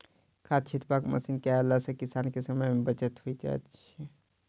खाद छिटबाक मशीन के अयला सॅ किसान के समय मे बचत होइत छै